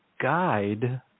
guide